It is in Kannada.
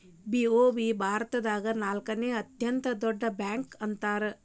ಬಿ.ಓ.ಬಿ ಭಾರತದಾಗ ನಾಲ್ಕನೇ ಅತೇ ದೊಡ್ಡ ಬ್ಯಾಂಕ ಅಂತಾರ